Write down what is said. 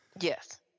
yes